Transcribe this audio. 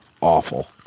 Awful